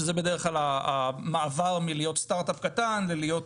שזה בדרך כלל המעבר מלהיות סטארטאפ קטן ולהיות